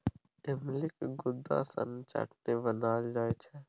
इमलीक गुद्दा सँ चटनी बनाएल जाइ छै